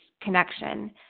connection